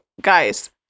guys